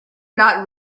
not